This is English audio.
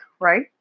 right